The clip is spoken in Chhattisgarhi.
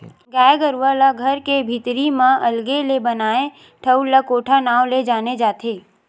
गाय गरुवा ला घर के भीतरी म अलगे ले बनाए ठउर ला कोठा नांव ले जाने जाथे